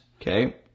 okay